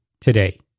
today